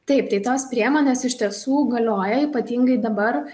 taip tai tos priemonės iš tiesų galioja ypatingai dabar